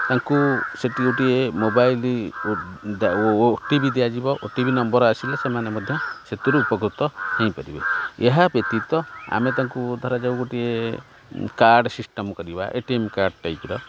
ତାଙ୍କୁ ସେଠି ଗୋଟିଏ ମୋବାଇଲ୍ ଓ ଓ ଟି ପି ଦିଆଯିବ ଓ ଟି ପି ନମ୍ବର୍ ଆସିଲେ ସେମାନେ ମଧ୍ୟ ସେଥିରୁ ଉପକୃତ ହୋଇପାରିବେ ଏହା ବ୍ୟତୀତ ଆମେ ତାଙ୍କୁ ଧରାଯାଉ ଗୋଟିଏ କାର୍ଡ଼ ସିଷ୍ଟମ୍ କରିବା ଏ ଟି ଏମ୍ କାର୍ଡ଼ ଟାଇପ୍ର